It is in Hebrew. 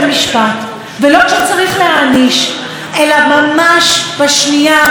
אלא ממש בשנייה הראשונה שמתחילים לזהות שיש